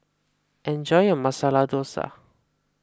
enjoy your Masala Dosa